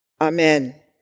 Amen